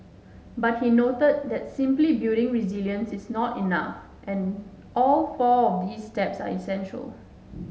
but he noted that simply building resilience is not enough and all four of these steps are essential